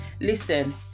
Listen